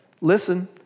listen